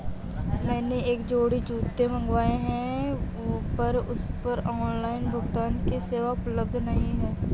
मैंने एक जोड़ी जूते मँगवाये हैं पर उस पर ऑनलाइन भुगतान की सेवा उपलब्ध नहीं है